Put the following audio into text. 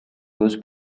was